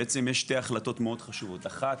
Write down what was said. יש שתי החלטות חשובות מאוד אחת,